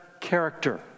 character